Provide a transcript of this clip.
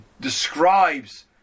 describes